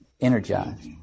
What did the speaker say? energized